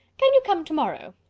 can you come to-morrow?